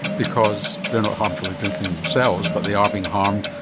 because they are not harmfully drinking themselves but they are being harmed,